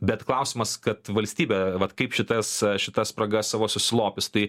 bet klausimas kad valstybė vat kaip šitas šita spraga savo susilopys tai